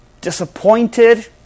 Disappointed